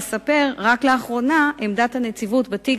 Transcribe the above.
ואספר: רק לאחרונה אומצה עמדת הנציבות בתיק